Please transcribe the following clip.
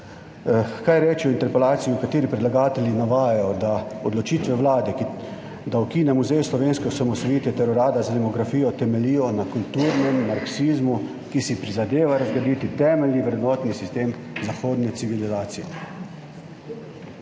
Kaj reči o interpelaciji, v kateri predlagatelji navajajo, da odločitve Vlade, da ukine Muzej slovenske osamosvojitve ter Urad za demografijo, temeljijo na kulturnem marksizmu, ki si prizadeva razgraditi temeljni vrednotni sistem zahodne civilizacije.